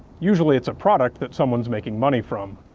usually it's a product that someone's making money from.